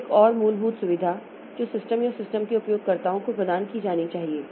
तो एक और मूलभूत सुविधा जो सिस्टम या सिस्टम के उपयोगकर्ताओं को प्रदान की जानी चाहिए